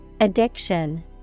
Addiction